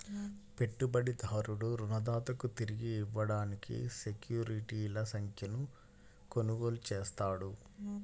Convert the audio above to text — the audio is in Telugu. పెట్టుబడిదారుడు రుణదాతకు తిరిగి ఇవ్వడానికి సెక్యూరిటీల సంఖ్యను కొనుగోలు చేస్తాడు